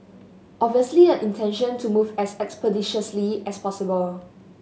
obviously the intention to move as expeditiously as possible